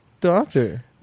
doctor